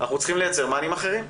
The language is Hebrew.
אנחנו צריכים לייצר מענים אחרים,